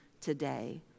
today